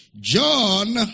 John